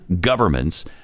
governments